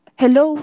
hello